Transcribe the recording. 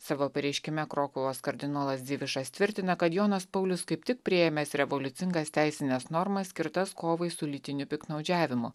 savo pareiškime krokuvos kardinolas dzivišas tvirtina kad jonas paulius kaip tik priėmęs revoliucingas teisines normas skirtas kovai su lytiniu piktnaudžiavimu